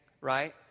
right